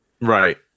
Right